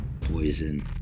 poison